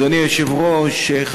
אדוני היושב-ראש,